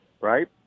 right